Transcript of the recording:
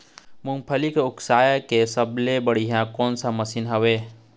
मूंगफली के उसकाय के सब्बो ले बढ़िया कोन सा मशीन हेवय?